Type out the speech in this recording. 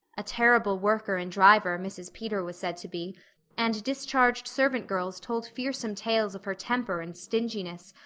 a terrible worker and driver, mrs. peter was said to be and discharged servant girls told fearsome tales of her temper and stinginess,